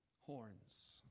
horns